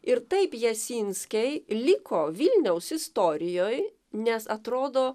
ir taip jasinskiai liko vilniaus istorijoj nes atrodo